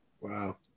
Wow